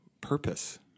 purpose